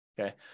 Okay